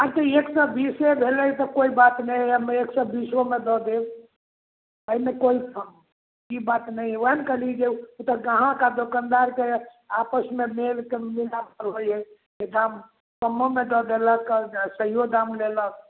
आओर तऽ एक सओ बीसे भेलै तऽ कोइ बात नहि हइ एक सओ बीसोमे दऽ देब एहिमे कोइ ई बात नहि हइ वएह ने कहली जे गाहक आओर दोकनदारके आपसमे मेलके मिलापसँ होइ हइ कि दाम कमोमे दऽ देलक आओर सहिओ दाम लेलक